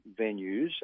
venues